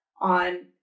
on